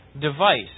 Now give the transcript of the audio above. device